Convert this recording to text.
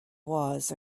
was